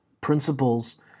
principles